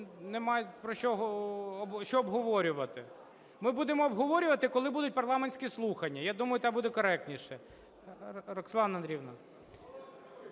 немає що обговорювати. Ми будемо обговорювати, коли будуть парламентські слухання, я думаю, там буде коректніше. Роксолана Андріївна.